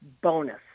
bonus